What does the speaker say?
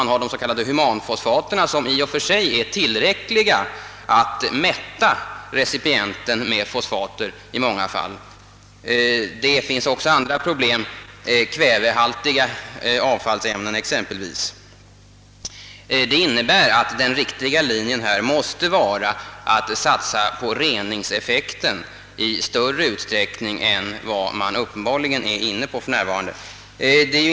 Vi har de s.k. humanfosfaterna som i och för sig ofta är tillräckliga för att mätta recipienten med fosfater. Andra problem finns också — kvävehaltiga avfallsämnen exempelvis. Det innebär att den riktiga linjen måste vara att satsa på reningsåtgärder i större utsträckning än vad man uppenbarligen är inne på för närvarande.